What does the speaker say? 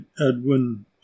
Edwin